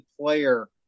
player